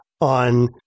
on